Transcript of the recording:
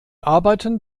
arbeiten